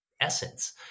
essence